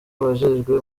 abajejwe